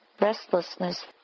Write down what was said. restlessness